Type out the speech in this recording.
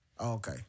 Okay